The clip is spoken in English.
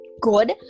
good